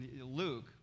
Luke